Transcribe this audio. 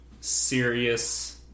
serious